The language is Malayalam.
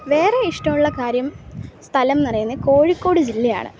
വേറെ ഇഷ്ടമുള്ള കാര്യം സ്ഥലന്ന് പറയുന്നത് കോഴിക്കോട് ജില്ലയാണ്